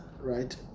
right